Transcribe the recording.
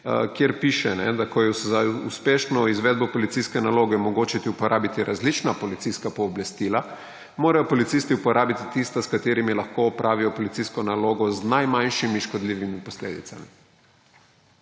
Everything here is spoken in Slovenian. kjer piše: »Ko je za uspešno izvedbo policijske naloge mogoče uporabiti različna policijska pooblastila, morajo policisti uporabiti tista, s katerimi lahko opravijo policijsko nalogo z najmanjšimi škodljivimi posledicami.«